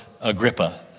Agrippa